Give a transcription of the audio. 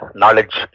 knowledge